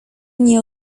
nie